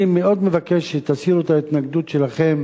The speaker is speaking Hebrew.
אני מאוד מבקש שתסירו את ההתנגדות שלכם